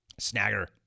Snagger